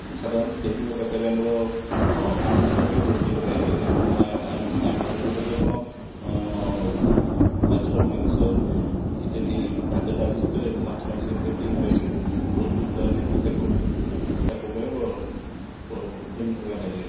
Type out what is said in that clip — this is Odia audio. ସାଧାରଣତଃ ଦେବୀଙ୍କ ପାଖରେ ଆମର ଆମିଷ ହିଁ ରୋଷେଇ କରାଯାଇଥାଏ ଏବଂ ଆମିଷ ଯେଉଁଟାକି ଆପଣ ମାଛ ମାଂସ ଇତ୍ୟାଦି ଭାତ ଡାଲି ସହିତ ମାଛ ମାଂସ ଇତ୍ୟାଦି ଏ ଗୁଡ଼ାକ ବି ପ୍ରସ୍ତୁତ କରାଯାଏ ଏବଂ ତାକୁ ଠାକୁରଙ୍କ ପାଇଁ ଲଗାଯାଏ